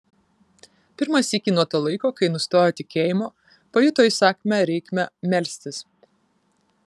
pirmą sykį nuo to laiko kai nustojo tikėjimo pajuto įsakmią reikmę melstis